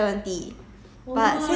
two seventy